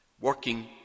Working